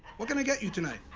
what can i get you tonight?